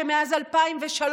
מאז 2003,